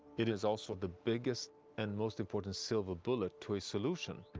it is also the biggest and most important silver bullet to a solution.